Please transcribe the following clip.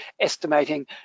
estimating